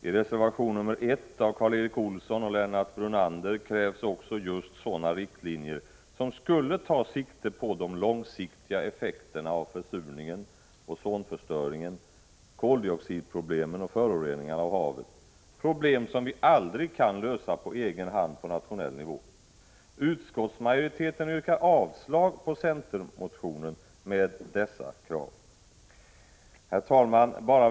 I reservation nr 1 av Karl Erik Olsson och Lennart Brunander krävs också just sådana riktlinjer som skulle ta sikte på de långsiktiga effekterna av försurningen, ozonförstöringen, koldioxidproblemen och föroreningarna av havet, problem som vi aldrig kan lösa på egen hand på nationell nivå. Utskottsmajoriteten avstyrker centermotionen med dessa krav. Herr talman!